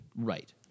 Right